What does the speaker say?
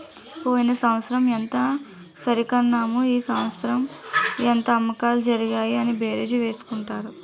పోయిన సంవత్సరం ఎంత సరికన్నాము ఈ సంవత్సరం ఎంత అమ్మకాలు జరిగాయి అని బేరీజు వేసుకుంటారు